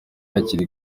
hakiri